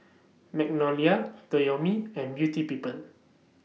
Magnolia Toyomi and Beauty People